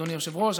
אדוני היושב-ראש,